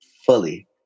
fully